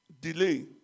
delay